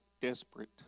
desperate